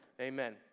Amen